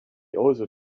also